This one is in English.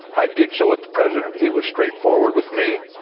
i did so with the president. he was straightforward with me.